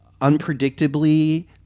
unpredictably